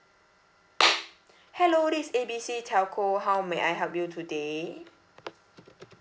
hello this A B C telco how may I help you today